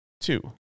Two